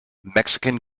mexican